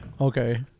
Okay